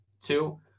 Two